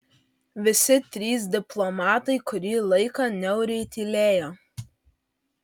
visi trys diplomatai kurį laiką niauriai tylėjo